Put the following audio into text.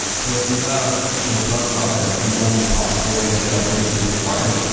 so if you have this web socket as the only possible way to get updates into a client,